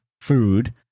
food